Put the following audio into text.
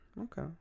Okay